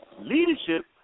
Leadership